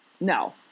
No